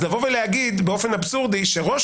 אז לבוא ולהגיד באופן אבסורדי שראש